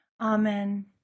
amen